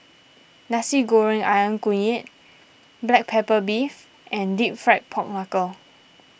Nasi Goreng Ayam Kunyit Black Pepper Beef and Deep Fried Pork Knuckle